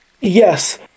yes